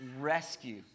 rescue